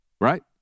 Right